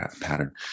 pattern